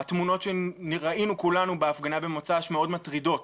התמונות שראינו כולנו בהפגנה במוצ"ש מאוד מטרידות.